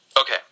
Okay